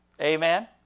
Amen